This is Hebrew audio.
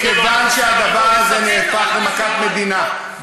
מכיוון שהדבר הזה נהפך למכת מדינה,